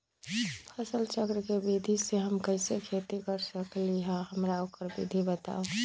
फसल चक्र के विधि से हम कैसे खेती कर सकलि ह हमरा ओकर विधि बताउ?